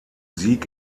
sieg